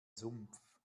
sumpf